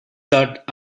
that